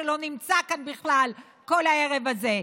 שלא נמצא כאן בכלל כל הערב הזה,